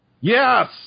Yes